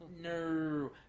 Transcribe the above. no